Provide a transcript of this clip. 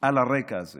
על הרקע הזה